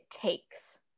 takes